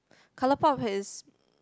ColourPop has